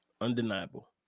undeniable